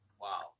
Wow